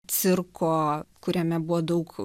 cirko kuriame buvo daug